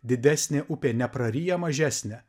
didesnė upė nepraryja mažesnę